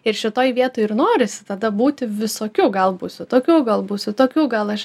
ir šitoj vietoj ir norisi tada būti visokiu gal būsiu tokiu gal būsiu tokiu gal aš